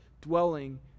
dwelling